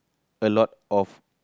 a lot of